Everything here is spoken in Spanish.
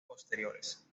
posteriores